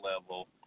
level